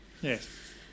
Yes